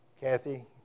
Kathy